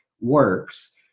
works